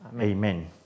Amen